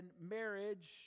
marriage